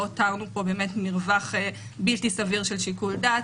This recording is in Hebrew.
לא הותרנו פה מרווח בלתי סביר של שיקול דעת.